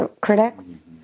critics